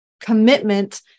commitment